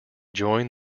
joined